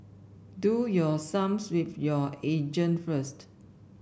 do your sums with your agent first